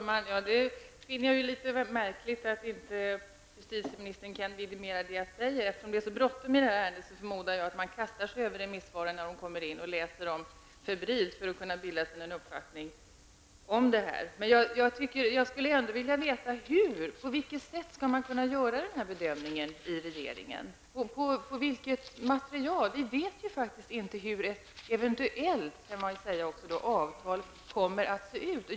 Herr talman! Jag finner det litet märkligt att justitieministern inte kan vidimera det som jag säger. Eftersom det är så bråttom med det här ärendet förmodar jag att man kastar sig över remissvaren när de kommer och läser dem febrilt för att kunna bilda sig en uppfattning om det här. Jag skulle ändå vilja veta på vilket sätt man skall kunna göra denna bedömning i regeringen. Och på vilket material? Vi vet faktiskt inte hur ett eventuellt avtal kommer att se ut.